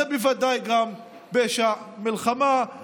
גם זה בוודאי גם פשע מלחמה.